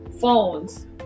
phones